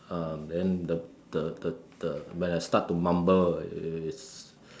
um then the the the the when I start to mumble it's